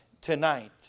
tonight